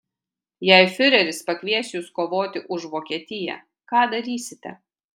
jei fiureris pakvies jus kovoti už vokietiją ką darysite